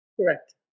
Correct